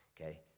okay